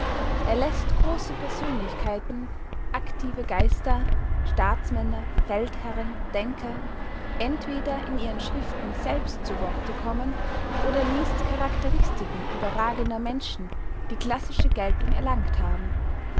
er läßt große persönlichkeiten aktive geister staatsmänner feldherren denker entweder in ihren schriften selbst zu worte kommen oder liest charakteristiken überragender menschen die klassische geltung erlangt haben